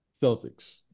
Celtics